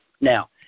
Now